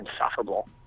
insufferable